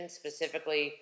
specifically